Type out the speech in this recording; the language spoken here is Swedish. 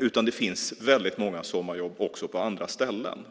utan det finns väldigt många sommarjobb också på andra ställen.